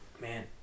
man